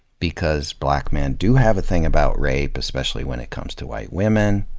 because black men do have a thing about rape, especially when it comes to white women.